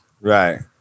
Right